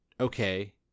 okay